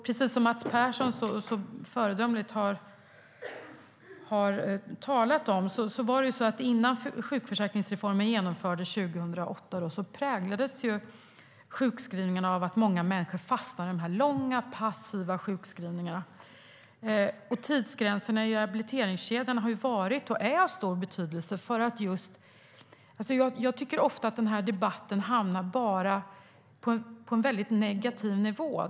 Precis som Mats Persson föredömligt har talat om präglades sjukskrivningarna innan sjukförsäkringsreformen genomfördes 2008 av att många människor fastnade i de långa, passiva sjukskrivningarna. Och tidsgränserna i rehabiliteringskedjan har varit och är av stor betydelse. Jag tycker ofta att debatten bara hamnar på en negativ nivå.